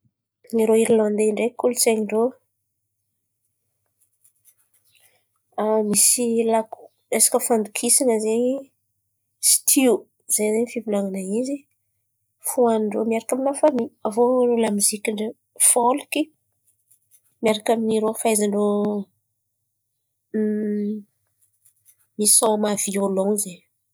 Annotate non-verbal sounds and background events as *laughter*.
Irô Irilandy àby io ndreky kolontsain̈y ndrô, *hesitation* misy laoko resaka fandokisan̈a zen̈y tsitio zen̈y zen̈y fivolan̈ana izy fo hanin-drô miaraka amin’ny lafiny. Avô lamoziky ndrô fôlky miaraka amin’irô fahaizan-drô *hesitation* misôma viôlan zen̈y.